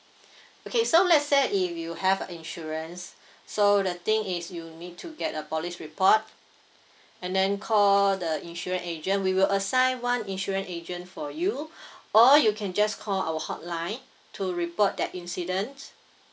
okay so let's say if you have a insurance so the thing is you need to get a police report and then call the insurance agent we will assign one insurance agent for you or you can just call our hotline to report that incident